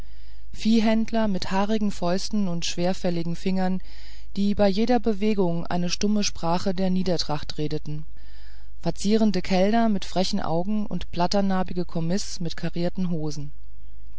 viehhändler mit haarigen fäusten und schwerfälligen fingern die bei jeder bewegung eine stumme sprache der niedertracht redeten vazierende kellner mit frechen augen und blatternarbige kommis mit karrierten hosen